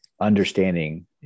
understanding